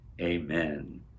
Amen